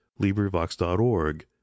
LibriVox.org